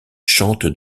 chante